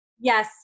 yes